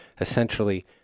Essentially